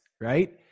right